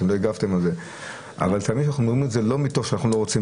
אתם לא הגבתם על זה אבל זה לא מתוך שאנחנו לא רוצים